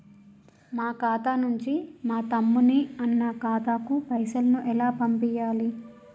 మా ఖాతా నుంచి మా తమ్ముని, అన్న ఖాతాకు పైసలను ఎలా పంపియ్యాలి?